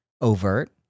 overt